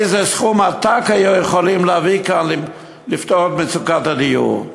איזה סכום עתק היו יכולים להביא לכאן כדי לפתור את מצוקת הדיור.